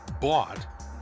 bought